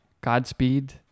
godspeed